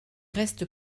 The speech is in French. reste